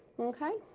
okay?